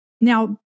now